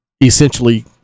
essentially